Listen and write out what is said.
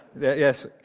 Yes